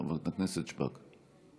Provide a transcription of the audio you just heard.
בבקשה, חברת הכנסת שפק.